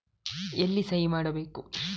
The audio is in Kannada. ಎಲ್ಲಿ ಸಹಿ ಮಾಡಬೇಕು?